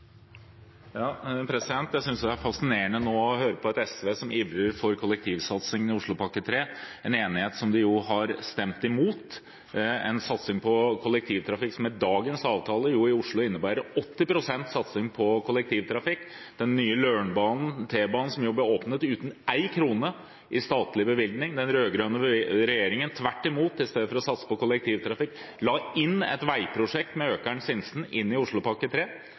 å høre på et SV som ivrer for kollektivsatsingen i Oslopakke 3, en enighet de har stemt imot, en satsing på kollektivtrafikk som med dagens avtale i Oslo innebærer 80 pst. satsing på kollektivtrafikk. Den nye Lørenbanen, T-banen, ble åpnet uten én krone i statlig bevilgning. I stedet for å satse på kollektivtrafikk, la den rød-grønne regjeringen tvert imot inn et veiprosjekt mellom Økern og Sinsen i Oslopakke